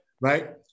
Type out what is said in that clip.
Right